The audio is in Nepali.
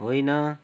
होइन